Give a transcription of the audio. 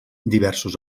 diversos